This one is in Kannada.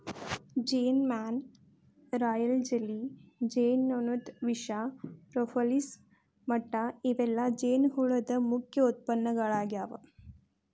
ಜೇನಮ್ಯಾಣ, ರಾಯಲ್ ಜೆಲ್ಲಿ, ಜೇನುನೊಣದ ವಿಷ, ಪ್ರೋಪೋಲಿಸ್ ಮಟ್ಟ ಇವೆಲ್ಲ ಜೇನುಹುಳದ ಮುಖ್ಯ ಉತ್ಪನ್ನಗಳಾಗ್ಯಾವ